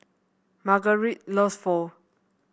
Margarite loves Pho